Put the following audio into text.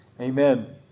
Amen